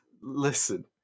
Listen